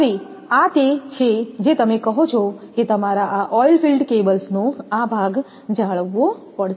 તેથી આ તે છે જે તમે કહો છો કે તમારે આ ઓઇલ ફિલ્ડ કેબલ્સ નો આ ભાગ જાળવવો પડશે